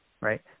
Right